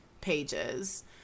pages